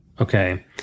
okay